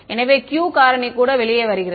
எனவே Q காரணி கூட வெளியே வருகிறது